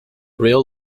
real